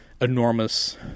enormous